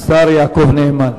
השר יעקב נאמן.